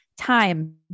time